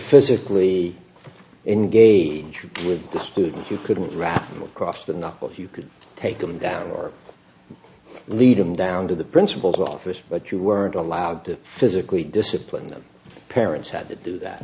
physically in gauge with the students you couldn't run across the knuckles you could take them down or lead them down to the principal's office but you weren't allowed to physically discipline them parents had to do that